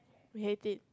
I hate it